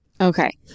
Okay